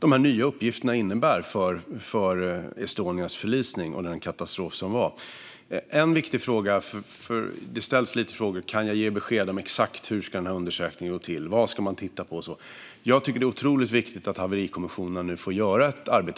de nya uppgifterna innebär för Estonias förlisning och den katastrof som var. En viktig fråga - det ställs en del frågor - är om jag kan ge besked om exakt hur undersökningen ska gå till. Vad ska man titta på och så vidare? Jag tycker att det är otroligt viktigt att Haverikommissionen nu får göra ett arbete.